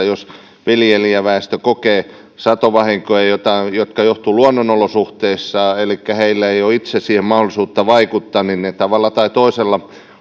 jos viljelijäväestö kokee satovahinkoja jotka johtuvat luonnonolosuhteista elikkä heillä ei ole itse siihen mahdollisuutta vaikuttaa ne eduskunnassa myös tulevaisuudessa tavalla tai toisella